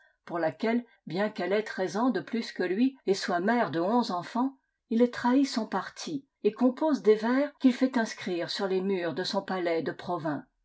pour laquelle bien qu'elle ait treize ans de plus que lui et soit mère de onze enfants il trahit son parti et compose des vers qu'il fait inscrire sur les murs de son palais de provins